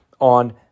on